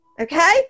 Okay